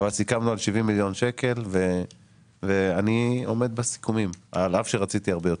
סיכמנו על 70 מיליון שקלים ואני עומד בסיכומים על אף שרציתי הרבה יותר.